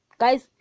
Guys